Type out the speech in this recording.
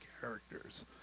characters